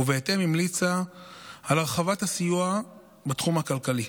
ובהתאם המליצה על הרחבת הסיוע בתחום הכלכלי,